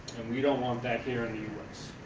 we don't want that here in the u s.